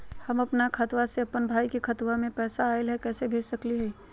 हम अपन खाता से अपन भाई के खतवा में पैसा मोबाईल से कैसे भेज सकली हई?